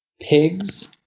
Pigs